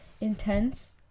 intense